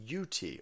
UT